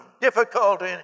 difficulty